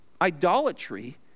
idolatry